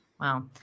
Wow